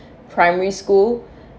primary school